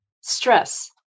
stress